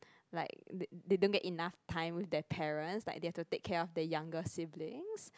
like they don't get enough time with their parents like they've to take care of their younger siblings